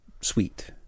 sweet